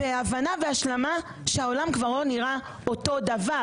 אי אפשר להגיד שמצלמות און ליין לא יכולות למנוע את הדברים האלה.